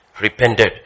repented